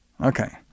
Okay